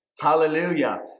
Hallelujah